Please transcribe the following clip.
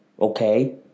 okay